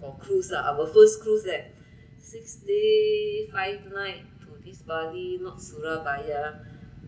for cruise lah our first cruise that six day five night to I think to this bargain not surabaya